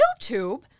YouTube